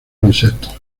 insectos